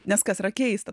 nes kas yra keista